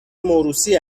موروثی